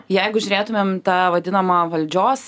jeigu žiūrėtumėm tą vadinamą valdžios